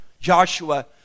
Joshua